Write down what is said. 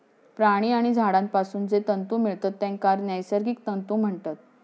प्राणी आणि झाडांपासून जे तंतु मिळतत तेंका नैसर्गिक तंतु म्हणतत